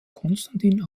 konstantin